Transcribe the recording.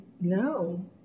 No